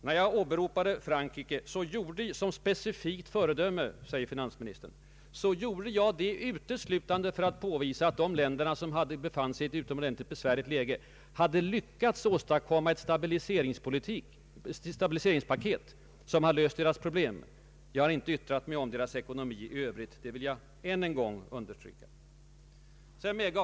När jag åberopade Frankrike och Finland — enligt finansministern som ”ett specifikt föredöme” — gjorde jag det uteslutande för att påvisa att Frankrike och andra länder som befann sig i ett utomordentlig besvärligt läge hade lyckats åstadkomma ett stabiliseringspaket som löst deras problem. Jag har inte — det vill jag än en gång un derstryka — yttrat mig om deras ekonomi i övrigt.